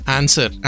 answer